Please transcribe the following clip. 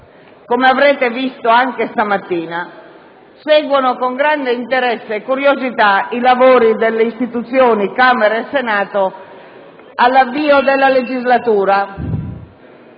come avrete visto anche questa mattina, seguono con grande interesse e curiosità i lavori delle istituzioni Camera e Senato all'avvio della legislatura.